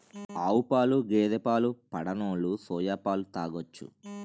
ఆవుపాలు గేదె పాలు పడనోలు సోయా పాలు తాగొచ్చు